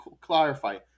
clarify